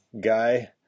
guy